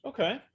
Okay